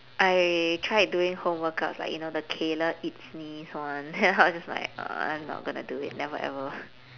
I tried doing home workouts like you know the kayla itsines one then I was just like uh I'm not going to do it never ever